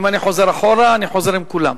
אם אני חוזר אחורה אני חוזר עם כולם.